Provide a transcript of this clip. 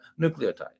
nucleotide